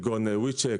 ווי צ'ק,